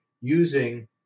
using